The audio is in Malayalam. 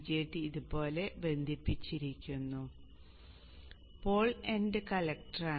BJT ഇതുപോലെ ബന്ധിപ്പിച്ചിരിക്കുന്നു പോൾ എൻഡ് കളക്ടറാണ്